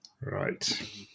right